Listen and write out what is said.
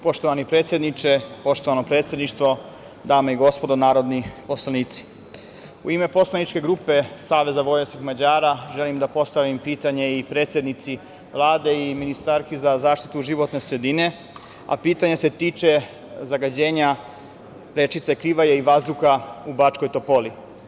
Poštovani predsedniče, poštovano predsedništvo, dame i gospodo narodni poslanici, u ime poslaničke grupe Saveza vojvođanskih Mađara želim da postavim pitanje i predsednici Vlade i ministarki za zaštitu životne sredine, a pitanje se tiče zagađenja rečice Krivaje i vazduha u Bačkoj Topoli.